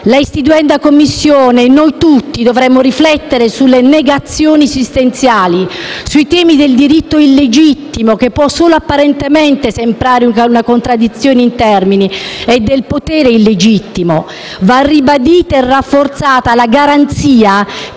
La istituenda Commissione, noi tutti, dovremmo riflettere sulle negazioni sostanziali. Sui temi del «diritto illegittimo» (che può, solo apparentemente, sembrare una contraddizione in termini) e del potere illegittimo. Va ribadita e rafforzata la garanzia